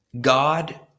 God